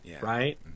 right